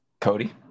Cody